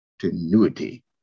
continuity